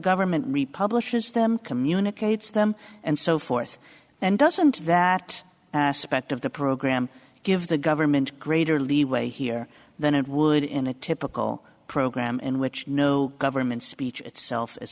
government republish is them communicates them and so forth and doesn't that aspect of the program give the government greater leeway here than it would in a typical program in which no government speech itself is